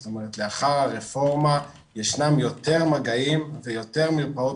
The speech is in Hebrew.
זאת אומרת לאחר הרפורמה יש יותר מגעים ויותר מרפאות